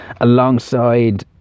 alongside